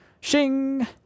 Shing